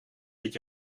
dit